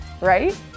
right